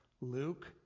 Luke